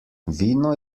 vino